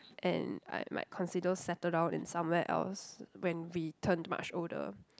and I might consider settle down in somewhere else when we turn much older